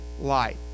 light